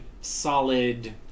solid